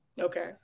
Okay